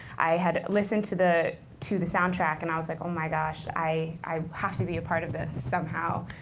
i had listened to the to the soundtrack, and i was like, oh my gosh, i i have to be a part of this somehow.